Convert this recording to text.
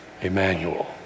Emmanuel